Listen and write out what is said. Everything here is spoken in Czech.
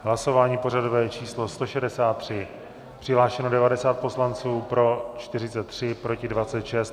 BV hlasování pořadové číslo 163 přihlášeno 90 poslanců, pro 43, proti 26.